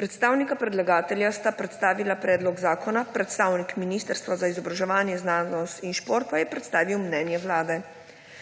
Predstavnika predlagatelja sta predstavila predlog zakona, predstavnik Ministrstva za izobraževanje, znanost in šport pa je predstavil mnenje Vlade.